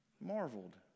marveled